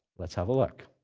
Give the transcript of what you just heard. let's have a look.